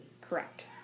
correct